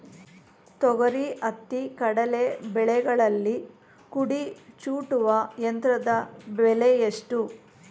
ತೊಗರಿ, ಹತ್ತಿ, ಕಡಲೆ ಬೆಳೆಗಳಲ್ಲಿ ಕುಡಿ ಚೂಟುವ ಯಂತ್ರದ ಬೆಲೆ ಎಷ್ಟು?